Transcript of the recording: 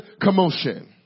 commotion